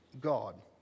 God